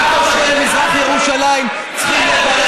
גם תושבי מזרח ירושלים צריכים לברך